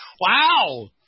Wow